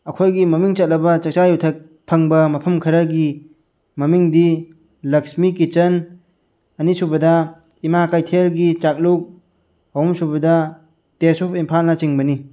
ꯑꯩꯈꯣꯏꯒꯤ ꯃꯃꯤꯡ ꯆꯠꯂꯕ ꯆꯥꯛꯆꯥ ꯌꯨꯊꯛ ꯐꯪꯕ ꯃꯐꯝ ꯈꯔꯒꯤ ꯃꯃꯤꯡꯗꯤ ꯂꯛꯁꯃꯤ ꯀꯤꯆꯟ ꯑꯅꯤꯁꯨꯕꯗ ꯏꯃꯥ ꯀꯩꯊꯦꯜꯒꯤ ꯆꯥꯛꯂꯨꯛ ꯑꯍꯨꯝ ꯁꯨꯕꯗ ꯇꯦꯁ ꯑꯣꯐ ꯏꯝꯐꯥꯜꯅꯆꯤꯡꯕꯅꯤ